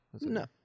No